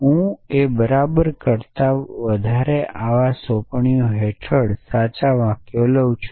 હું બરાબર કરતા વધારે આવા સોંપણીઓ હેઠળ સાચા વાક્યો લઉં છું